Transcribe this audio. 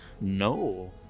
No